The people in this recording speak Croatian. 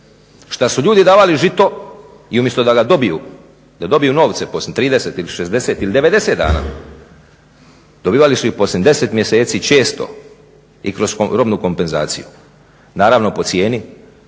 šta su ljudi davali žito i umjesto da ga dobiju da dobiju novce poslije 30 ili 60 ili 90 dana, dobivali su ih poslije 10 mjeseci često i kroz robnu kompenzaciju, naravno po cijeni